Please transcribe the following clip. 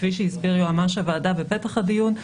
כפי שהסביר יועמ"ש הוועדה בפתח הדיון.